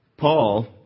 Paul